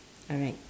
alright